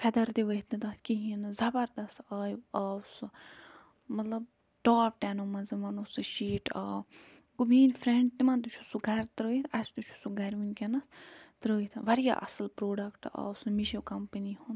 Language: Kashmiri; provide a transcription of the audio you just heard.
فیدر تہِ ؤتھۍ نہٕ تَتھ کِہیٖنٛۍ نہٕ زَبردست آیہِ آو سُہ مطلب ٹاپ ٹٮ۪نو منٛز وَنو سُہ شیٖٹ آو گوٚو میٛٲنۍ فرینٛڈ تِمَن تہِ چھُ سُہ گرِ ترٛٲوِتھ اَسہِ تہِ چھُ سُہ گرِ ؤنکٮ۪نَس ترٛٲوِتھ واریاہ اَصٕل پرٛوڈَکٹ آو سُہ مِشوٗ کَمپٔنی ہُنٛد